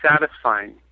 satisfying